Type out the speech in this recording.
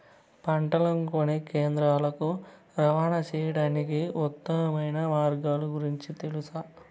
పంటలని కొనే కేంద్రాలు కు రవాణా సేయడానికి ఉత్తమమైన మార్గాల గురించి తెలుసా?